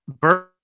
Bird